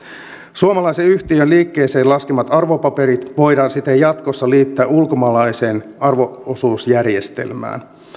suomalaisen yhtiön liikkeeseen laskemat arvopaperit voidaan siten jatkossa liittää ulkomaalaiseen arvo osuusjärjestelmään